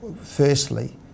firstly